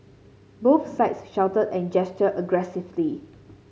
both sides shouted and gestured aggressively